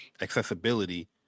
accessibility